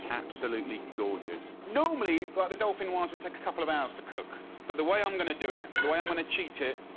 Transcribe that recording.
absolutely gorgeous. normally, like ah the dauphinoise would take a couple of hours to cook but the way i'm gonna do it, the way i'm gonna cheat it,